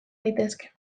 daitezke